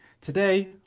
Today